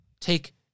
take